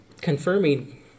Confirming